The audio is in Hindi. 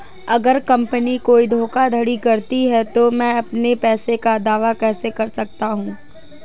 अगर कंपनी कोई धोखाधड़ी करती है तो मैं अपने पैसे का दावा कैसे कर सकता हूं?